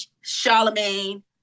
Charlemagne